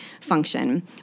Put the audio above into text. function